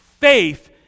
Faith